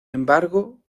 embargo